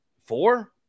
Four